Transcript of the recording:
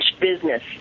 business